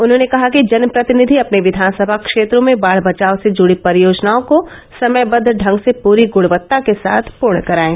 उन्होंने कहा कि जनप्रतिनिधि अपने विधानसभा क्षेत्रों में बाढ़ बचाव से जुड़ी परियोजनाओं को समयबद्ध ढंग से पूरी गुणवत्ता के साथ पूर्ण कराएं